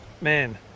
Man